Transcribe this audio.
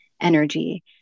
energy